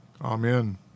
Amen